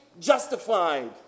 justified